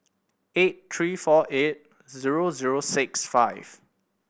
eight three four eight zero zero six five